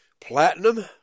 platinum